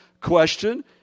Question